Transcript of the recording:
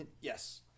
Yes